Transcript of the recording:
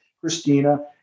Christina